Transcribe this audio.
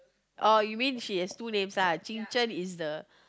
oh you mean she has two names ah is the